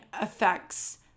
affects